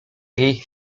jej